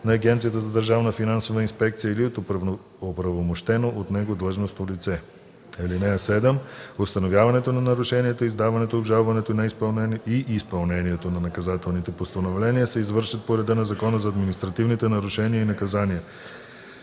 на Агенцията за държавна финансова инспекция или от оправомощено от него длъжностно лице. (7) Установяването на нарушенията, издаването, обжалването и изпълнението на наказателните постановления се извършват по реда на Закона за административните нарушения и наказания.”